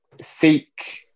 seek